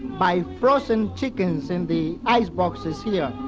by frozen chickens in the iceboxes here.